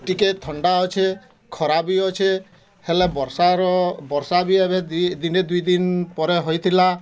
ଟିକେ ଥଣ୍ଡା ଅଛି ଖରା ବି ଅଛି ହେଲେ ବର୍ଷାର ବର୍ଷା ବି ଏବେ ଦିନେ ଦୁଇ ଦିନ୍ ପରେ ହୋଇଥିଲା